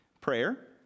Prayer